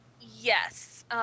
Yes